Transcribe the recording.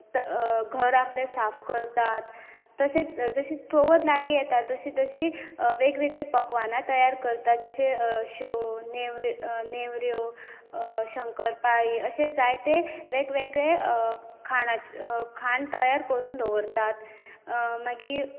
घर आपले साफ करतात तशेंच जशें चवथ लागी येता तशी तशी वेग वेगळीं पकवाना तयार करतात जशें शेव नेवऱ्यो शंकर पाळी अशे जायते वेगवेगळे खाण तयार करून दवरतात मागीर